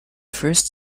first